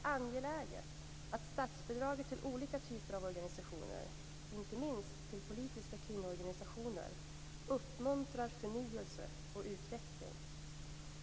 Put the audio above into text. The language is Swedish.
Jag tycker att detta är ett problem.